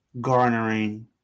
garnering